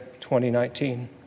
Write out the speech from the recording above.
2019